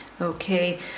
Okay